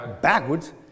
backwards